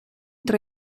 tra